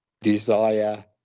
desire